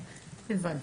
הבנתי.